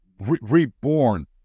reborn